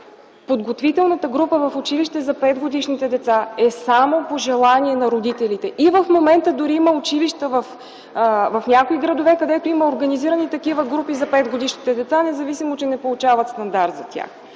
подготвителната група в училище за 5-годишните деца е само по желание на родителите. И в момента дори има училища в някои градове, където има организирани такива групи за 5-годишните деца, независимо че не получават стандарт за тях.